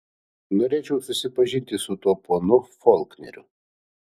norėčiau susipažinti su tuo ponu folkneriu